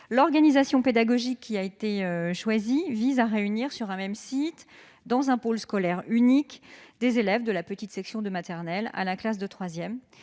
L'organisation pédagogique choisie, qui vise à réunir sur un même site, dans un pôle scolaire unique, des élèves de la petite section de maternelle à la classe de